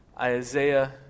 Isaiah